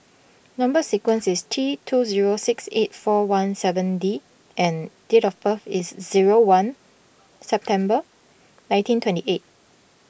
Number Sequence is T two zero six eight four one seven D and date of birth is zero one September nineteen twenty eight